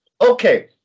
Okay